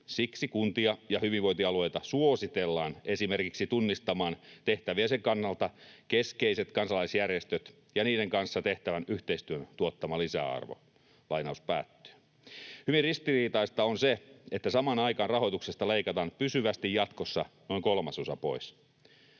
Siksi kuntia ja hyvinvointialueita suositellaan esimerkiksi tunnistamaan tehtäviensä kannalta keskeiset kansalaisjärjestöt ja niiden kanssa tehtävän yhteistyön tuottama lisäarvo.” Hyvin ristiriitaista on se, että samaan aikaan rahoituksesta leikataan pysyvästi jatkossa noin kolmasosa pois.